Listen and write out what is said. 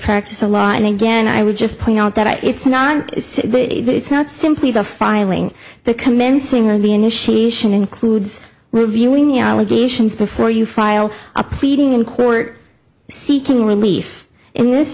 practice a lot and again i would just point out that it's not it's not simply the filing the commencing or the initiation includes reviewing the allegations before you file a pleading in court seeking relief in this